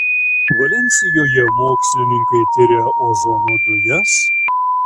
valensijoje mokslininkai tiria ozono dujas